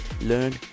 learn